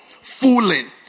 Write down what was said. fooling